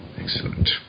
Excellent